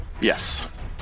Yes